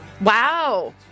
Wow